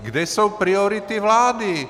Kde jsou priority vlády?